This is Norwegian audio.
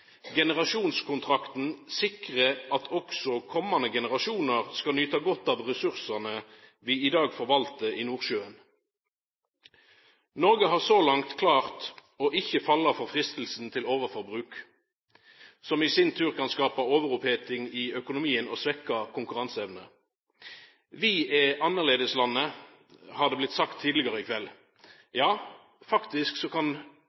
Generasjonskontrakten sikrar at også komande generasjonar skal nyta godt av ressursane vi i dag forvaltar i Nordsjøen. Noreg har så langt klart å ikkje falla for freistinga til overforbruk, som i sin tur kan skapa overoppheting i økonomien og svekkja konkurranseevna. Vi er annleislandet, har det blitt sagt tidlegare i kveld. Ja, faktisk kan